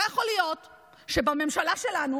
לא יכול להיות שבממשלה שלנו,